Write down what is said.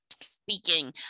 speaking